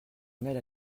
journal